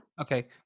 Okay